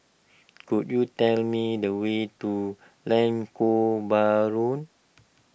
could you tell me the way to Lengkok Bahru